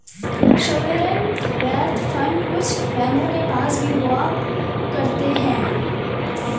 sovereign wealth fund कुछ बैंकों के पास भी हुआ करते हैं